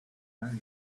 very